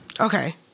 Okay